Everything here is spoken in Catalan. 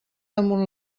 damunt